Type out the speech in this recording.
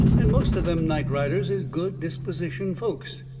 and most of them night-riders is good-dispositioned folks.